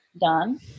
done